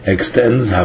Extends